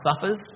suffers